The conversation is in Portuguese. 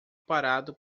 parado